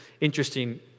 interesting